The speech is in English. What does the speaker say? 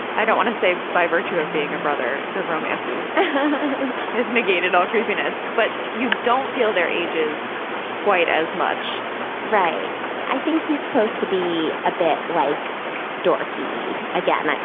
i don't want to say by virtue of being a brother. the romances has negated all creepiness, but you don't feel their ages quite as much right. i think he's supposed to be a bit like dorky again.